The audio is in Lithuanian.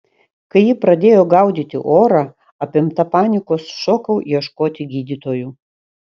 kai ji pradėjo gaudyti orą apimta panikos šokau ieškoti gydytojų